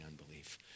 unbelief